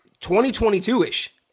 2022-ish